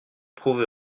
prouve